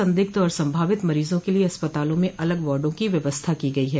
संदिग्ध और संभावित मरीजों के लिए अस्पतालों में अलग वार्डो की व्यवस्था की गयी है